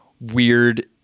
weird